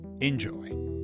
Enjoy